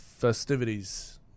festivities